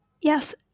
Yes